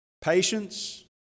Patience